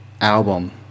album